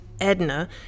Edna